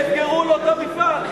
שיסגרו לו את המפעל.